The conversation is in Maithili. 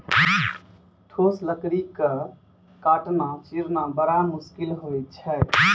ठोस लकड़ी क काटना, चीरना बड़ा मुसकिल होय छै